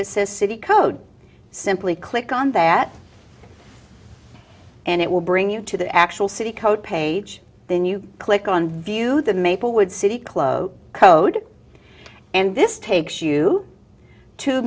that says city code simply click on that and it will bring you to the actual city code page then you click on view the maplewood city club code and this takes you to